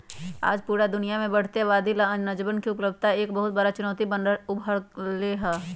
आज पूरा दुनिया के बढ़ते आबादी ला अनजवन के उपलब्धता एक बहुत बड़ा चुनौती बन कर उभर ले है